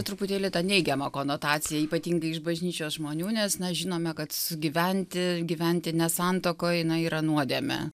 truputėlį tą neigiamą konotaciją ypatingai iš bažnyčios žmonių nes na žinome kad gyventi gyventi ne santuokoj na yra nuodėmė